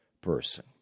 person